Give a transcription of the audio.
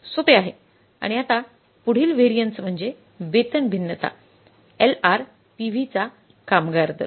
सोपे आहे आणि आता पुढील व्हॅरियन्स म्हणजे वेतन भिन्नता एलआरपीव्हीचा कामगार दर